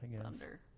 Thunder